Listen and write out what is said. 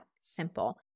simple